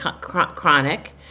chronic